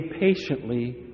patiently